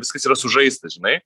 viskas yra sužaista žinai